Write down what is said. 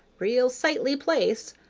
real sightly place.